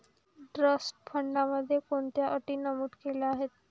Trust फंडामध्ये कोणत्या अटी नमूद केल्या आहेत?